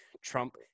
Trump